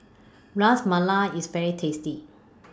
Ras Malai IS very tasty